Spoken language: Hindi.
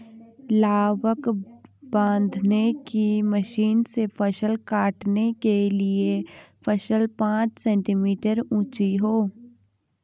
लावक बांधने की मशीन से फसल काटने के लिए फसल पांच सेंटीमीटर ऊंची हो